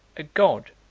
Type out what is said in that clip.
a god